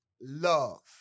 love